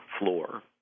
floor